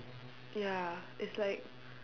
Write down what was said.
ya it's like